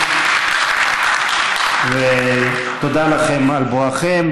(מחיאות כפיים) תודה לכם על בואכם,